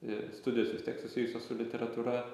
ir studijos vis tiek susijusios su literatūra